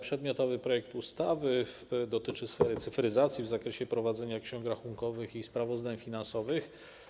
Przedmiotowy projekt ustawy dotyczy sfery cyfryzacji w zakresie prowadzenia ksiąg rachunkowych i sprawozdań finansowych.